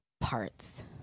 parts